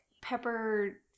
pepper